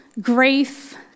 grief